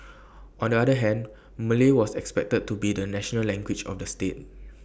on the other hand Malay was expected to be the national language of the state